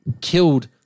killed